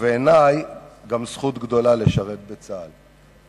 ובעיני גם זכות גדולה לשרת בצה"ל.